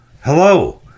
Hello